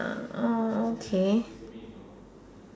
uh oh okay